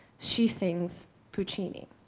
she sings puccini.